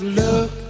look